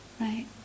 Right